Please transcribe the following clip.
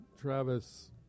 Travis